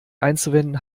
einzuwenden